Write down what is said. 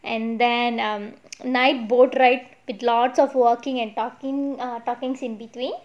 and then um night boat ride with lots of walking and talking err talkings in between